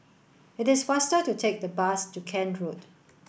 it is faster to take the bus to Kent Road